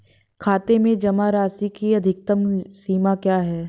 खाते में जमा राशि की अधिकतम सीमा क्या है?